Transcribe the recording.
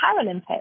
Paralympics